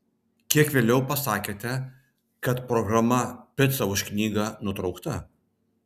kiek vėliau pasakėte kad programa pica už knygą nutraukta